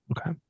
okay